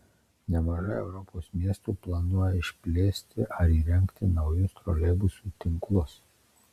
nemažai europos miestų planuoja išplėsti ar įrengti naujus troleibusų tinklus